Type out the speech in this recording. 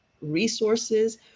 resources